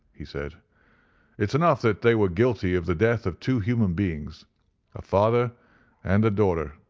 he said it's enough that they were guilty of the death of two human beingsaeur a father and a daughteraeur